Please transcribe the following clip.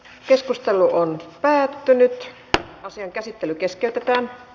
keskustelu päättyi ja asian käsittely keskeytettiin